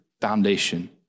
foundation